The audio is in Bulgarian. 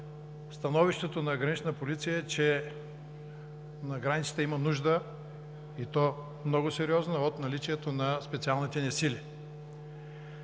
становището на Гранична полиция е, че на границата има нужда, и то много сериозна, от наличие на специалните ни сили.